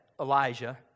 Elijah